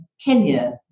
Kenya